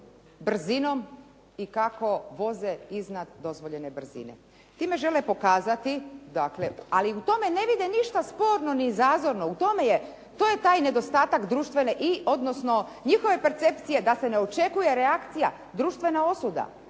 brzinom i kako voze iznad dozvoljene brzine. Time žele pokazati dakle, ali u tome ne vide ništa sporno ni zazorno, to je taj nedostatak društvene, odnosno njihove percepcije da se ne očekuje reakcija, društvena osuda